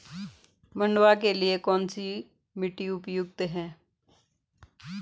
मंडुवा के लिए कौन सी मिट्टी उपयुक्त है?